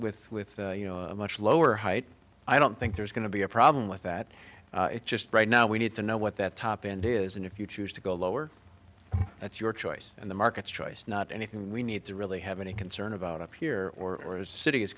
with with you know much lower height i don't think there's going to be a problem with that just right now we need to know what that top end is and if you choose to go lower that's your choice and the market's choice not anything we need to really have any concern about up here or city is